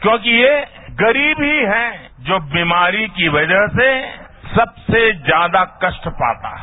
क्योंकि ये गरीब ही है जो बीमारी की वजह से सबसे ज्यादा कष्ट पाता है